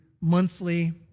monthly